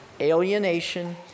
alienation